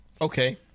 Okay